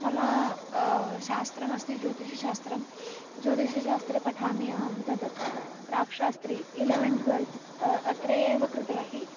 मम शास्त्रमस्ति ज्योतिषशास्त्रं ज्योतिषशास्त्रे पठामि अहं तद् प्राक्शास्त्री इलेवन् ट्वेल्त् अत्र एव कृतवती